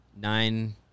nine